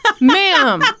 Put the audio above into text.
Ma'am